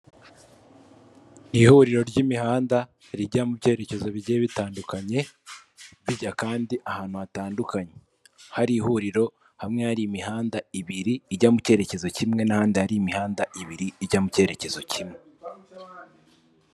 Ni ihuriro ry'imihanda rijya mu byerekezo bigiye bitandukanye, bijya kandi ahantu hatandukanye, hari ihuriro hamwe hari imihanda ibiri ijya mu cyerekezo kimwe n'ahandi hari imihanda ibiri ijya mu cyerekezo kimwe.